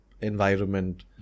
environment